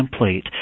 template